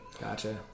Gotcha